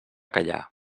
callar